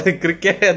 cricket